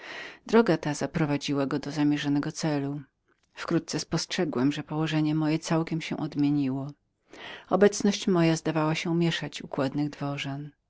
droga ta zaprowadziła go do zamierzonego celucelu wkrótce spostrzegłem że położenie moje całkiem się odmieniło obecność moja zdawała się mieszać układnych dworzan